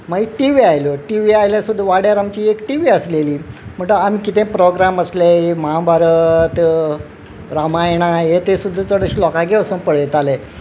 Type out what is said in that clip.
मागीर T V आयल्यो T V आयल्यार सुद्दा वाड्यार आमची एक टी व्ही आसलेली म्हणटकच आमी कितें प्रोग्राम आसले कितें महाभारत रामायणा हें तें सुद्दां चडशें लोकांगेर वचून पळयताले